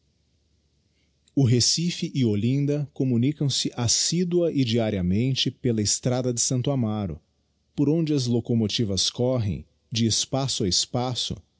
o recife e olinda communicam se assidua e diariamente pela estrada de s amaro por onde as locomotivas correm de espaço a espaço